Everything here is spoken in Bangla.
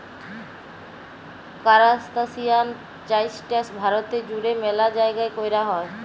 কারাস্তাসিয়ান চাইশটা ভারতে জুইড়ে ম্যালা জাইগাই কৈরা হই